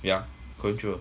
yeah carene choo